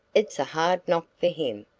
it's a hard knock for him.